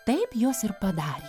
taip jos ir padarė